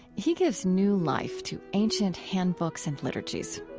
he gives new life to ancient handbooks and liturgies.